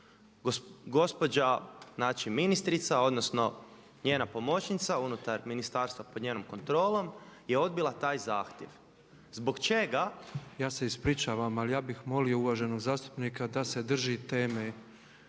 gospođa znači ministrica odnosno njena pomoćnica unutar ministarstva pod njenom kontrolom je odbila taj zahtjev. Zbog čega? …/Upadica predsjednik: Ja se ispričavam, ali ja bih molio uvaženog zastupnika da se drži teme./…